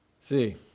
See